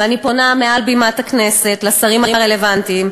ואני פונה מעל בימת הכנסת לשרים הרלוונטיים,